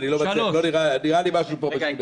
נראה לי שמשהו פה משונה.